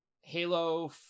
Halo